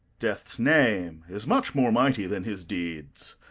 death's name is much more mighty than his deeds